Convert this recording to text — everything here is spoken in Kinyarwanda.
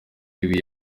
ibi